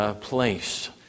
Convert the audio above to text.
place